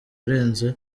arenze